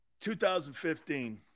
2015